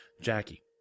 Jackie